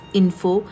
info